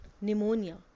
pneumonia